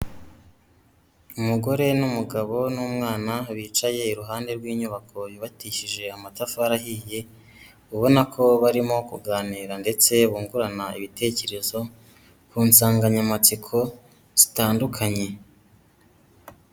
Umugore n'umugabo n'umwana bicaye iruhande rw'inyubako yubakishije amatafari ahiye, ubona ko barimo kuganira ndetse bungurana ibitekerezo ku nsanganyamatsiko zitandukanye.